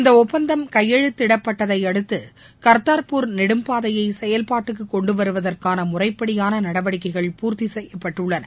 இந்த ஒப்பந்தம் கையெழுத்திடப்பட்டதை அடுத்து கர்தார்பூர் நெடும்பாதையை செயல்பாட்டுக்கு கொண்டுவருவதற்கான முறைப்படியான நடவடிக்கைகள் பூர்த்தி செய்யப்பட்டுள்ளன